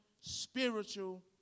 spiritual